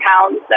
pounds